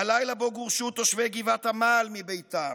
הלילה שבו גורשו תושבי גבעת עמל מביתם,